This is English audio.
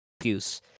excuse